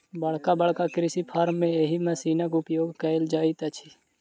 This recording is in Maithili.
बड़का बड़का कृषि फार्म मे एहि मशीनक उपयोग कयल जाइत अछि